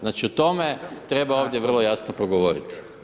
Znači o tome treba ovdje vrlo jasno progovoriti.